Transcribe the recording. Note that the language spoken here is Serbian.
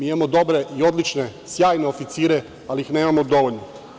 Imamo dobre, odlične i sjajne oficire, ali ih nemamo dovoljno.